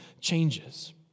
changes